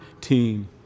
team